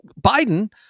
Biden